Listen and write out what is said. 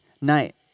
night